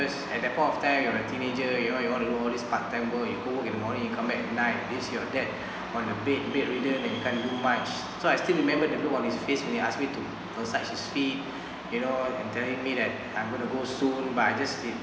because at that point of time you are a teenager you know you wanna go all this part-time work you go work in morning and come back at night then see your dad on a bed bedridden then can't do much so I still remember the look on this face when he asked me to massage his feet you know and telling me that I'm gonna go soon but I just